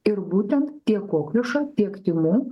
ir būtent tiek kokliušo tiek tymų